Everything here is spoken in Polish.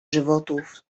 żywotów